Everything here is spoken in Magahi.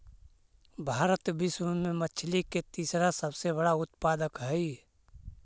भारत विश्व में मछली के तीसरा सबसे बड़ा उत्पादक हई